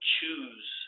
Choose